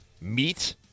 meat